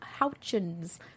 Houchins